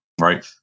right